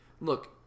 look